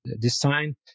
design